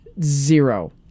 zero